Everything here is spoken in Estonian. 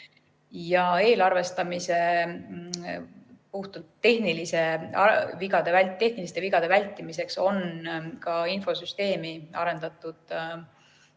Eelarvestamisel puhtalt tehniliste vigade vältimiseks on ka infosüsteemi arendatud